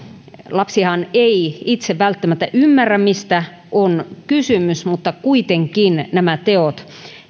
lapsihan ei itse välttämättä ymmärrä mistä on kysymys mutta kuitenkin nämä teot